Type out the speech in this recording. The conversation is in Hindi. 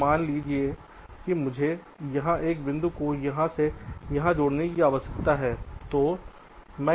अब मान लीजिए कि मुझे यहां एक बिंदु को यहाँ से यहाँ जोड़ने की आवश्यकता है